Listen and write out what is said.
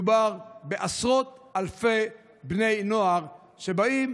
מדובר בעשרות אלפי בני נוער שבאים